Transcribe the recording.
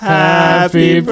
happy